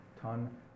ton